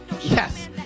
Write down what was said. Yes